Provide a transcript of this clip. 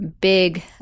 big